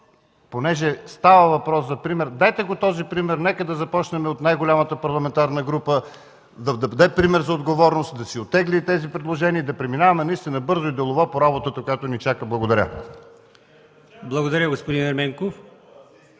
понеже става въпрос за пример –дайте го този пример. Нека да започнем от най-голямата парламентарна група, да даде пример за отговорност, да си оттегли тези предложения и да преминаваме бързо и делово към работата, която ни чака. Благодаря. ПРЕДСЕДАТЕЛ